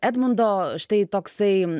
edmundo štai toksai